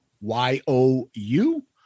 Y-O-U